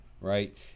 right